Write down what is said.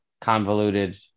convoluted